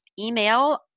email